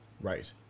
Right